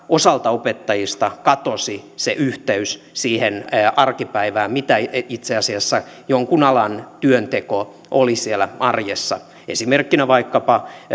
osalta opettajista katosi yhteys siihen arkipäivään mitä itse asiassa jonkin alan työnteko oli arjessa esimerkkinä vaikkapa